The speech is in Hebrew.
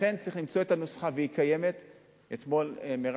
לכן, צריך למצוא את הנוסחה, והיא קיימת.